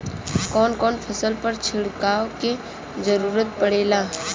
कवन कवन फसल पर छिड़काव के जरूरत पड़ेला?